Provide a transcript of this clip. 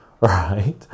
right